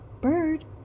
Bird